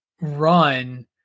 run